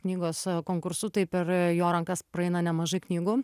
knygos konkursu tai per jo rankas praeina nemažai knygų